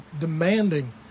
demanding